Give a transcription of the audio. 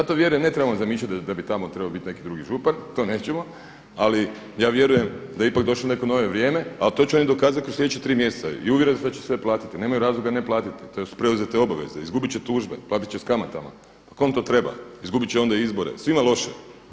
Zato vjerujem ne trebamo zamišljati da bi tamo trebao biti neki drugi župan, to nećemo, ali ja vjerujem da je ipak došlo neko novo vrijeme, a to će oni dokazati kroz sljedeća tri mjeseca i uvjeren sam da će sve platiti, nemaju razloga ne platiti, to su preuzete obaveze, izgubit će tužbe, platit će s kamatama, pa kom to treba, izgubit će onda izbore, svima loše.